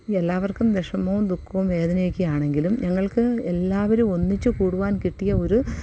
എല്ലാവർക്കും വിഷമവും ദുഃഖവും വേദനയൊക്കെ ആണങ്കിലും ഞങ്ങൾക്ക് എല്ലാവരും ഒന്നിച്ച് കൂടുവാൻ കിട്ടിയ ഒരു